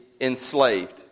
enslaved